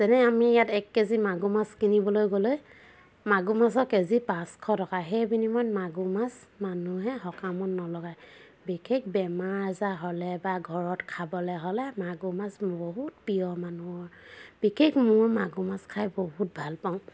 যেনে আমি ইয়াত এক কেজি মাগুৰ মাছ কিনিবলৈ গ'লে মাগুৰ মাছৰ কেজি পাঁচশ টকা সেই বিনিময়ত মাগুৰ মাছ মানুহে সকামত নলগায় বিশেষ বেমাৰ আজাৰ হ'লে বা ঘৰত খাবলে হ'লে মাগুৰ মাছ বহুত পিয় মানুহৰ বিশেষ মোৰ মাগুৰ মাছ খাই বহুত ভালপাওঁ